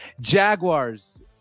Jaguars